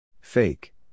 Fake